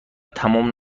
تمام